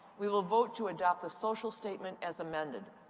we will vote to adopt the social statement as amended.